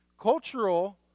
Cultural